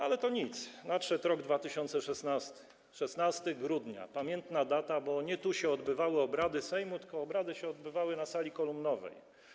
Ale to nic, nadszedł rok 2016, 16 grudnia, pamiętna data, bo nie tu się odbywały obrady Sejmu, tylko obrady odbywały się w sali kolumnowej.